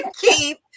Keith